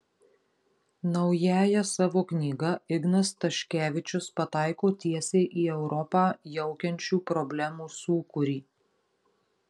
naująja savo knyga ignas staškevičius pataiko tiesiai į europą jaukiančių problemų sūkurį